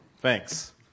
Thanks